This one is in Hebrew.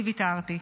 אני ויתרתי,